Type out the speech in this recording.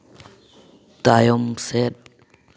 ᱛᱟᱭᱚᱢ ᱥᱮᱫ